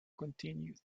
continued